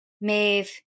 Maeve